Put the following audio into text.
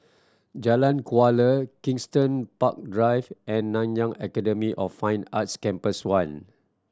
Jalan Kuala Kensington Park Drive and Nanyang Academy of Fine Arts Campus One